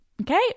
Okay